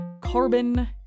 carbon